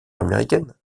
américaine